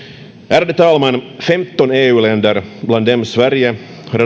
ärade talman femton eu länder bland dem sverige